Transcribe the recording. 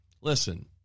Listen